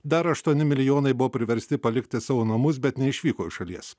dar aštuoni milijonai buvo priversti palikti savo namus bet neišvyko iš šalies